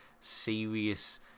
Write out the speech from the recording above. Serious